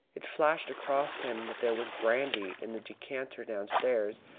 it flashed across him that there was brandy in the decanter downstairs,